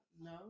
No